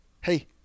hey